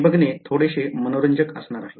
हे बघणे थोडेसे मनोरंजक असणार आहे